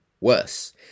worse